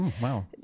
Wow